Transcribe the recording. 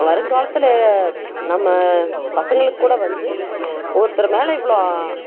வருங்காலத்தில் நம்ம பசங்களுக்கு கூட வந்து ஒருத்தர் மேலே இவ்வளோ